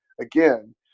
again